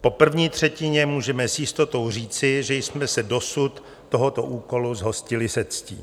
Po první třetině můžeme s jistotou říci, že jsme se dosud tohoto úkolu zhostili se ctí.